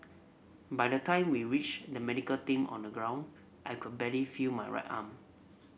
by the time we reached the medical team on the ground I could barely feel my right arm